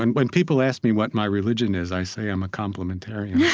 and when people ask me what my religion is, i say i'm a complementarian yeah